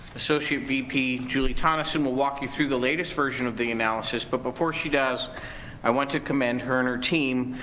associate vp julie tonneson will walk you through the latest version of the analysis, but before she does i want to commend her and her team.